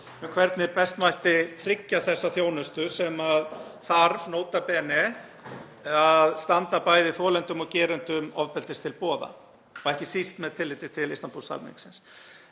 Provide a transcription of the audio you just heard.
hvernig best mætti tryggja þessa þjónustu sem þarf, nota bene, að standa bæði þolendum og gerendum ofbeldis til boða og ekki síst með tilliti til Istanbúl-samningsins.